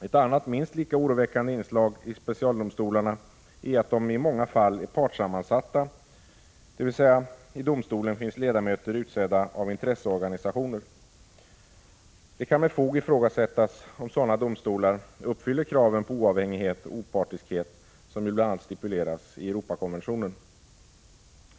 Ett annat minst lika oroväckande inslag i specialdomstolarna är att de i många fall är partssammansatta, dvs. i domstolen finns ledamöter utsedda av intresseorganisationer. Det kan med fog ifrågasättas om sådana domstolar uppfyller de krav på oavhängighet och opartiskhet som stipuleras i Europakonventionen.